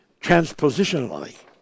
transpositionally